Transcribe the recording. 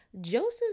Joseph